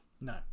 No